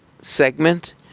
segment